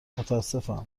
متاسفم